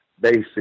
basic